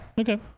Okay